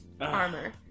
armor